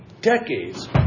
decades